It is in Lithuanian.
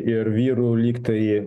ir vyrų lygtai